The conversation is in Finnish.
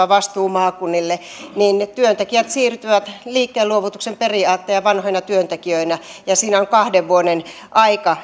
vastuu siirtyy maakunnille niin ne työntekijät siirtyvät liikkeenluovutuksen periaatteilla vanhoina työntekijöinä ja yhtiöittämisen osalta siinä on kahden vuoden aika